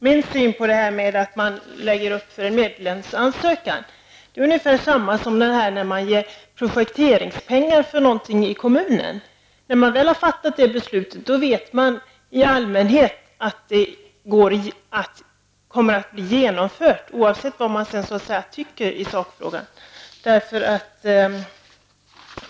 Min syn på det förhållandet att man förbereder en medlemsansökan är att detta är ungefär detsamma som när en kommun ger ut projektpengar. När man väl har fattat beslutet, vet man i allmänhet att beslutet kommer att genomföras, oavsett vilken åsikt man har i sakfrågan.